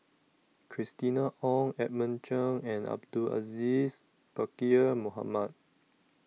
Christina Ong Edmund Cheng and Abdul Aziz Pakkeer Mohamed